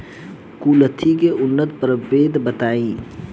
कुलथी के उन्नत प्रभेद बताई?